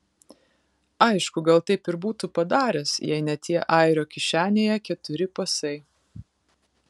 aišku gal taip ir būtų padaręs jei ne tie airio kišenėje keturi pasai